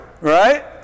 Right